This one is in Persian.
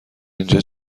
اینجا